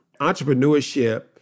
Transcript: Entrepreneurship